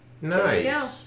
Nice